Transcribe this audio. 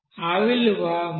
ఆ విలువ 1366